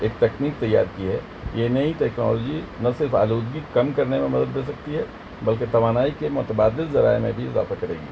ایک تکنیک تیار کی ہے یہ نئی ٹیکنالوجی نہ صرف آلودگی کم کرنے میں مدد دے سکتی ہے بلکہ توانائی کے متبادل ذرائع میں بھی اضافہ کرے گی